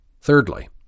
Thirdly